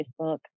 Facebook